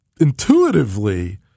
intuitively